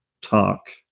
talk